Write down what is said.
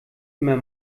immer